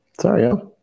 sorry